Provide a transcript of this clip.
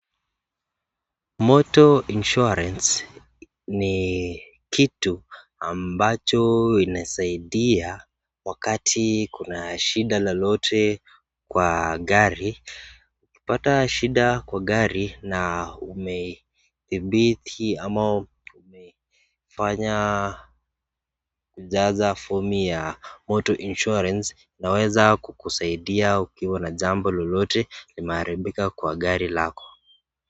Motor insurance ni kitu ambacho inasaidia wakati kuna shida lolote kwa gari. Ukipata shida kwa gari na umeihibidhi ama umefanya kujaza fomu ya motor insurance inaweza kusaidia ukiwa na jambo lolote kwa gari lako.